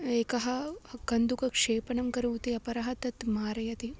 एकः कन्दुकक्षेपणं करोति अपरः तद् मारयति